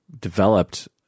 developed